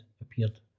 appeared